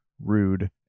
rude